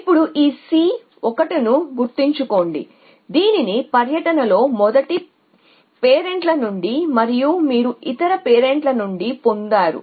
ఇప్పుడు ఈ సి 1 ను గుర్తుంచుకోండి ఇది పర్యటనలో మొదటి పేరెంట్ల నుండి మరియు మీరు ఇతర పేరెంట్ల నుండి పొందారు